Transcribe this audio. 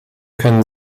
können